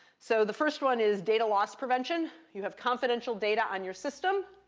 so the first one is data loss prevention. you have confidential data on your system.